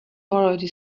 already